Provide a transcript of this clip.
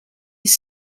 his